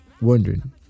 wondering